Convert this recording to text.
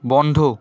বন্ধ